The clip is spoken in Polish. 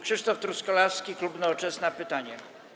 Krzysztof Truskolaski, klub Nowoczesna, z pytaniem.